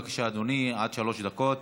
בבקשה, אדוני, עד שלוש דקות.